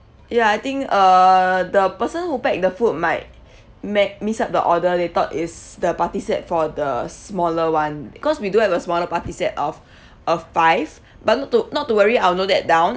ya I think uh the person who packed the food might made mixed up the order they thought it's the party set for the smaller one because we do have a smaller party set of of five but not to not to worry I'll note that down